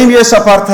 האם יש אפרטהייד?